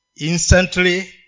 instantly